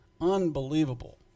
unbelievable